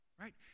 right